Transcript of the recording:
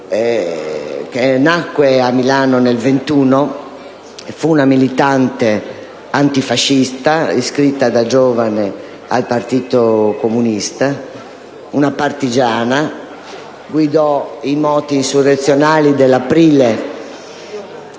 Nata a Milano nel 1921, fu una militante antifascista, iscritta da giovane al Partito Comunista; partigiana, guidò i moti insurrezionali dell'aprile